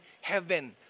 heaven